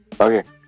Okay